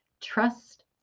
trust